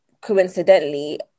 coincidentally